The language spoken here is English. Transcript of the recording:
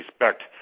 respect